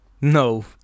No